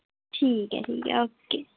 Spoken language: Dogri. ठीक ऐ ठीक ऐ ओके